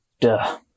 duh